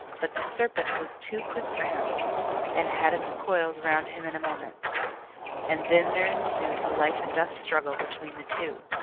but the serpent was too quick for him and had its coils round him in a moment and then there ensued a life-and-death struggle between the two.